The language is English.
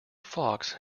fox